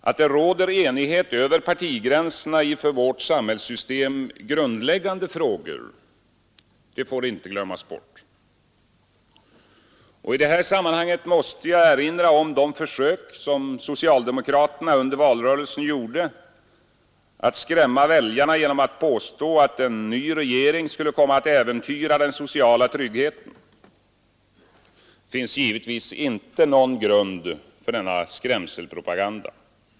Att det råder enighet över partigränserna i för vårt samhällssystem grundläggande frågor får inte glömmas bort. I detta sammanhang måste jag erinra om de försök som socialdemokraterna under valrörelsen gjorde att skrämma väljarna genom att påstå att en ny regering skulle komma att äventyra den sociala tryggheten. Det finns givetvis inte någon grund för denna skrämselpropaganda.